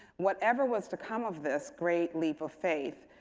whatever was to come of this great leap of faith,